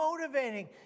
motivating